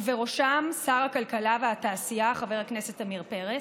ובראשם שר הכלכלה והתעשייה חבר הכנסת עמיר פרץ.